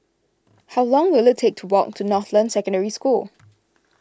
how long will it take to walk to Northland Secondary School